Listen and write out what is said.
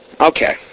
Okay